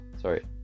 sorry